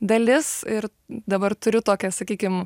dalis ir dabar turiu tokią sakykim